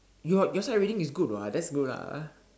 your your sight reading is good what that's good lah